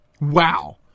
wow